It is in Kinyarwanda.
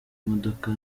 modoka